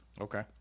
Okay